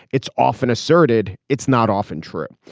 it's often asserted it's not often true.